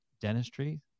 dentistry